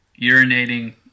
urinating